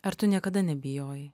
ar tu niekada nebijojai